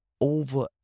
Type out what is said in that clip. over